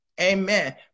Amen